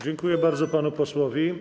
Dziękuję bardzo panu posłowi.